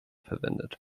verwendet